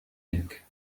ذلك